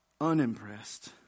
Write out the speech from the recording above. unimpressed